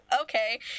okay